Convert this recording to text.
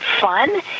fun